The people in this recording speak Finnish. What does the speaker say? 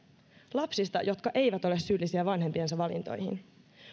lapsista jotka eivät ole syyllisiä vanhempiensa valintoihin